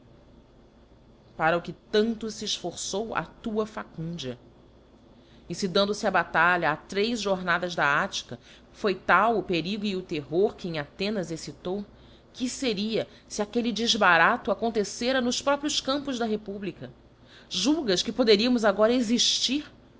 o que tanto fe efforçou a tua facúndia e fe dando fe a batalha a três jornadas da attica foi tal o perigo e o terror que em athenas excitou que feria fc aquelle defbarato acontecera nos próprios campos da republica julgas que poderíamos agora exiftir